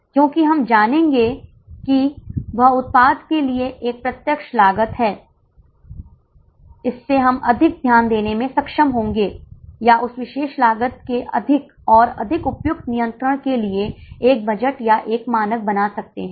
और C हिस्सा सरल था हमें सिर्फ औसत लागत की गणना करनी थी और आप देख सकते हैं कि औसत लागत सामान्य रूप से कम हो जाती है लेकिन कुछ मामलों में यह ऊपर भी जा सकती है